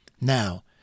Now